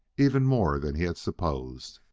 even more than he had supposed.